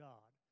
God